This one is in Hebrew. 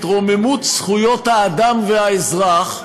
את רוממות זכויות האדם והאזרח,